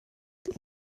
good